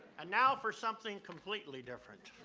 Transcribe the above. and now for something completely different.